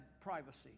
privacy